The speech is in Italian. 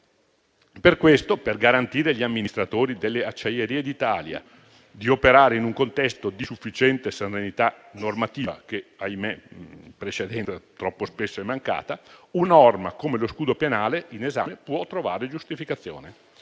Per questo, per garantire agli amministratori delle Acciaierie d'Italia di operare in un contesto di sufficiente serenità normativa, che - ahimè - in precedenza troppo spesso è mancata, una norma come lo scudo penale in esame può trovare giustificazione.